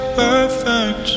perfect